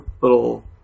little